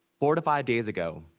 four to five days ago,